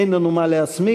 אין לנו מה להסמיק,